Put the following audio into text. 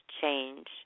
change